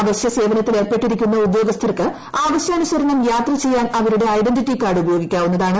അവശ്യസേവനത്തിലേർപ്പെട്ടിരിക്കുന്ന ഉദ്യോഗസ്ഥർക്ക് ആവശ്യാനുസരണം യാത്ര ചെയ്യാൻ അവരുടെ ഐഡന്റിറ്റി കാർഡ് ഉപയോഗിക്കാവുന്നതാണ്